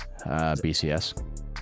BCS